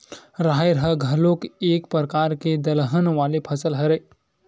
राहेर ह घलोक एक परकार के दलहन वाले फसल हरय